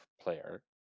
player